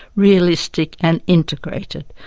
realistic and integrated,